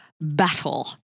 Battle